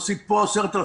משיג פה 10,000,